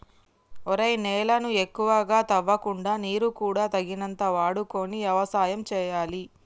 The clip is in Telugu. ఒరేయ్ నేలను ఎక్కువగా తవ్వకుండా నీరు కూడా తగినంత వాడుకొని యవసాయం సేయాలి